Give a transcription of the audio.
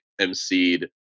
emceed